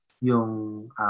yung